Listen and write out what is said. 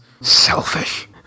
Selfish